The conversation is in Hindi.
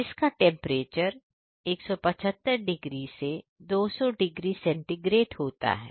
जिस का टेंपरेचर 175 से 200 डिग्री सेंटीग्रेड होता है